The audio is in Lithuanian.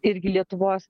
irgi lietuvos